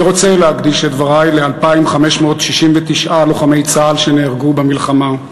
אני רוצה להקדיש את דברי ל-2,569 לוחמי צה"ל שנהרגו במלחמה,